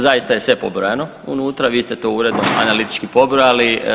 Zaista je sve pobrojano unutra, vi ste to uredno analitički pobrojali.